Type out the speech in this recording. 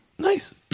Nice